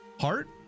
Heart